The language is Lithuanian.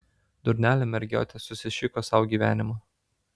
durnelė mergiotė susišiko sau gyvenimą